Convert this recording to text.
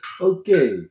okay